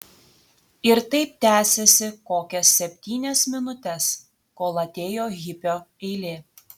ir taip tęsėsi kokias septynias minutes kol atėjo hipio eilė